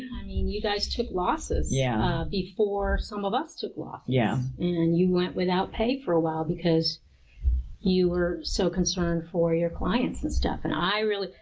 i mean you guys took losses yeah before some of us took loss yeah and you went without pay for awhile because you were so concerned for your clients and stuff. and i really,